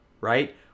right